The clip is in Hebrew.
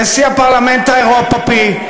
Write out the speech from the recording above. נשיא הפרלמנט האירופי,